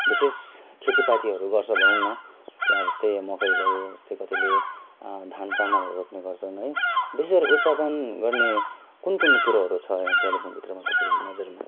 विशेष खेतीपातीहरू गर्छ भनौँ न जस्तै मकै भयो जस्तै कतिले धान चामलहरू रोप्ने गर्छन् है विशेष गरेर उत्पादन गर्ने कुन कुन कुरोहरू छ यो कालेम्पोङभित्रमा तपाईँको नजरमा